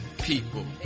people